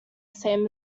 same